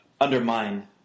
undermine